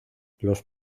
los